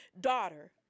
daughter